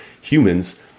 humans